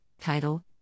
Title